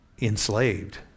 enslaved